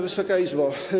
Wysoka Izbo!